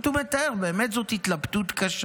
זאת אומרת, הוא מתאר: באמת זו התלבטות קשה.